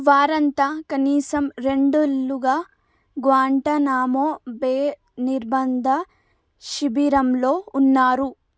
వారంతా కనీసం రెండేళ్లుగా గ్వాంటనామో బే నిర్బంధ శిబిరంలో ఉన్నారు